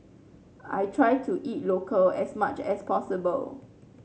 I try to eat local as much as possible